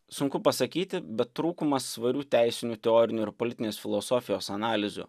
sunku pasakyti bet trūkumas svarių teisinių teorinių ir politinės filosofijos analizių